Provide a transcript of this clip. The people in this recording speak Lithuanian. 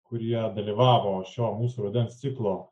kurie dalyvavo šio mūsų rudens ciklo